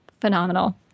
phenomenal